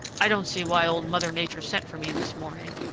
i don't see why old mother nature sent for me this morning,